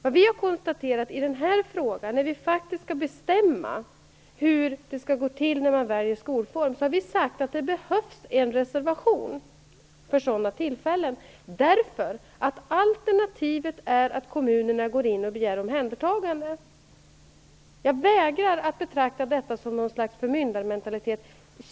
Vad vi konstaterat i denna fråga, där vi faktiskt skall bestämma hur det går till när man väljer skolform, har vi sagt att det behövs en reservation för sådana tillfällen. Alternativet är nämligen att kommunerna går in och begär omhändertagande. Jag vägrar att betrakta detta som ett slags förmyndarmentalitet.